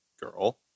girl